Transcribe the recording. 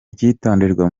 icyitonderwa